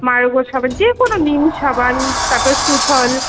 Margo সাবান যে কোনো নিম সাবান তারপর সুথল